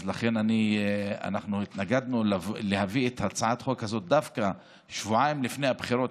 לכן אנחנו התנגדנו להביא את הצעת החוק הזאת דווקא שבועיים לפני הבחירות.